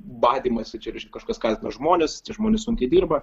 badymąsi čia reiškia kažkas kaltina žmones žmonės sunkiai dirba